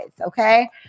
Okay